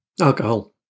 Alcohol